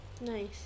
nice